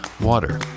water